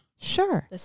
Sure